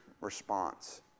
response